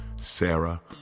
Sarah